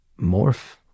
Morph